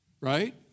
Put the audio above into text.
Right